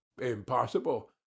impossible